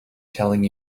telling